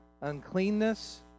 uncleanness